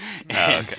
Okay